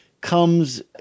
comes